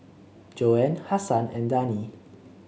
Joanne Hasan and Dani